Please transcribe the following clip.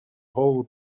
голову